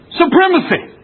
supremacy